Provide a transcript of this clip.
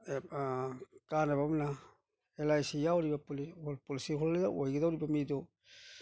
ꯀꯥꯟꯅꯕ ꯑꯃꯅ L I C ꯌꯥꯎꯔꯤꯕ ꯄꯣꯂꯤꯁꯤ ꯍꯣꯜꯗꯔ ꯑꯣꯏꯒꯗꯣꯔꯤꯕ ꯃꯤ ꯑꯗꯨ